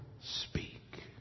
speak